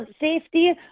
safety